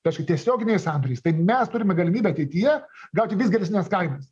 kažkaip tiesioginiais sandoriais tai mes turime galimybę ateityje gauti vis geresnes kainas